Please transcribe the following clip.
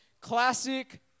Classic